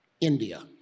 India